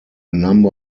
number